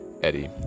Eddie